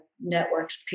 network's